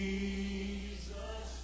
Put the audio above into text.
Jesus